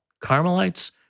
Carmelites